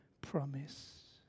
promise